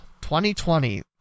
2020